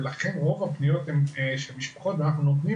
לכן רוב הפניות הן של משפחות ואנחנו נותנים